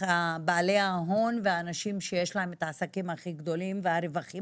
בעלי ההון והאנשים שיש להם את העסקים הכי גדולים והרווחים